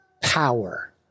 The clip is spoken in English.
power